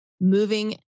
moving